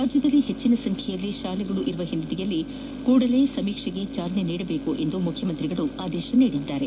ರಾಜ್ಯದಲ್ಲಿ ಹೆಚ್ಚಿನ ಸಂಖ್ಯೆಯಲ್ಲಿ ಶಾಲೆಗಳಿರುವ ಹಿನ್ನೆಲೆಯಲ್ಲಿ ಕೂಡಲೇ ಸಮೀಕ್ಷೆಗೆ ಚಾಲನೆ ನೀಡುವಂತೆ ಮುಖ್ಯಮಂತ್ರಿ ಆದೇಶಿಸಿದರು